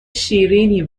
شیریننی